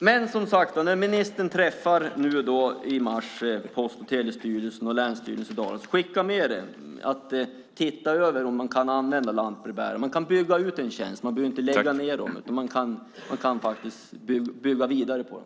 När ministern nu i mars träffar Post och telestyrelsen och länsstyrelsen - skicka med dem att de ska titta över hur man kan använda lantbrevbärarna! Man kan bygga ut den tjänsten. Man behöver inte lägga ned den, utan man kan bygga vidare på den.